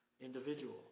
individual